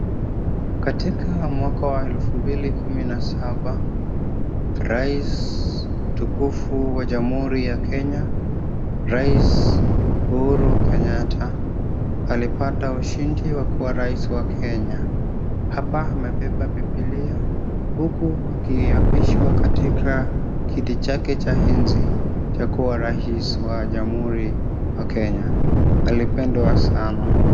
Katika mwaka wa elfu mbili kumi na saba, rais mtukufu wa Jamhuri ya Kenya, Rais Uhuru Kenyatta alipata ushindi wa kuwa rais wa Kenya. Hapa amebeba Bibilia huku akiapishwa katika kiti chake cha enzi cha kuwa rais wa Jamhuri ya Kenya, alipendwa sana.